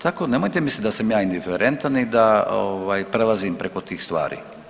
Tako, nemojte misliti da sam ja indiferentan i da ovaj, prelazim preko tih stvari.